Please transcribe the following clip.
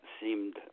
seemed